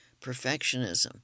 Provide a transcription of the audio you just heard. perfectionism